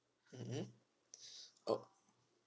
mmhmm orh